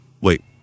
Wait